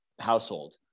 household